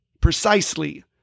Precisely